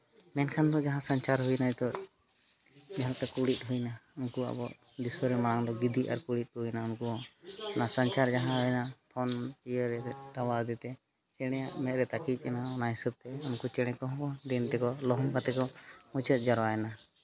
ᱢᱮᱱᱠᱷᱟᱱ ᱫᱚ ᱡᱟᱦᱟᱸ ᱥᱟᱧᱪᱟᱨ ᱦᱩᱭᱱᱟ ᱱᱤᱛᱚᱫ ᱡᱟᱦᱟᱸ ᱞᱮᱠᱟ ᱠᱩᱲᱤᱫ ᱦᱩᱭᱱᱟ ᱩᱱᱠᱩ ᱟᱵᱚᱣᱟᱜ ᱫᱤᱥᱚᱢ ᱨᱮ ᱢᱟᱲᱟᱝ ᱫᱚ ᱜᱤᱫᱤ ᱟᱨ ᱠᱩᱲᱤᱫ ᱦᱩᱭᱱᱟ ᱩᱱᱠᱩ ᱚᱱᱟ ᱥᱟᱧᱪᱟᱨ ᱡᱟᱦᱟᱸ ᱯᱷᱚᱱ ᱴᱟᱣᱟᱨ ᱦᱚᱛᱮ ᱛᱮ ᱪᱮᱬᱮᱭᱟᱜ ᱢᱮᱫ ᱨᱮ ᱛᱟᱹᱠᱤᱡ ᱮᱱᱟ ᱚᱱᱟ ᱦᱤᱥᱟᱹᱵᱽ ᱛᱮ ᱩᱱᱠᱩ ᱪᱮᱬᱮ ᱠᱚᱦᱚᱸ ᱫᱤᱱ ᱛᱮᱠᱚ ᱞᱚᱦᱚᱢ ᱛᱮᱠᱚ ᱢᱩᱪᱟᱹᱫ ᱡᱟᱣᱨᱟᱭᱮᱱᱟ